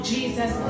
Jesus